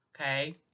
okay